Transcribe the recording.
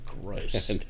gross